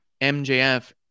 mjf